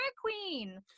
queen